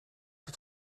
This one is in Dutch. het